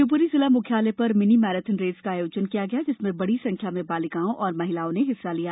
शिवपूरी जिला मुख्यालय पर मिनी मैराथन रेस का आयोजन किया गया जिसमें बड़ी संख्या में बालिकाओं और महिलाओं ने हिस्सा लिया